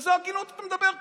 על איזה הגינות אתה מדבר פה?